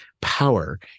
power